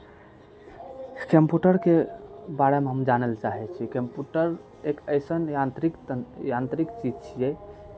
कम्प्यूटरके बारेमे हम जानय लए चाहै छी कम्प्यूटर एक अइसन यान्त्रिक स् यान्त्रिक चीज छियै